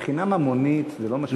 מבחינה ממונית זה לא משנה שום דבר.